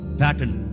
pattern